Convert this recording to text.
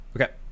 Okay